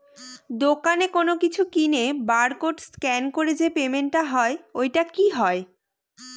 দোকানে কোনো কিছু কিনে বার কোড স্ক্যান করে যে পেমেন্ট টা হয় ওইটাও কি হয়?